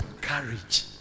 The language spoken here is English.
courage